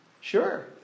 Sure